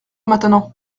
maintenant